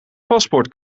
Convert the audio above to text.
paspoort